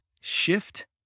Shift